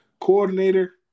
coordinator